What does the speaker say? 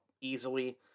easily